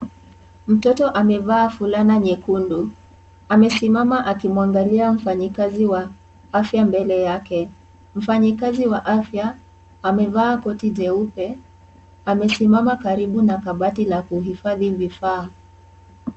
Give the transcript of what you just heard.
Mtoto amevaa fulana nyekundu amesimama akimwangalia mfanyikazi wa afya mbele yake. Mfanyikazi wa afya amevaa koti jeupe amesimama karibu na kabati la kuhifadhi vifaa